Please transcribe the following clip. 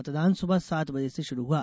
मतदान सुबह सात बजे से शुरू हुआ